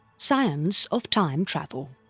science of time travel